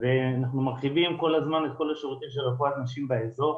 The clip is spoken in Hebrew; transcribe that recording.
ואנחנו מרחיבים כל הזמן את כל השירותים של רפואת הנשים באזור.